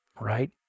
right